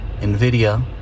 NVIDIA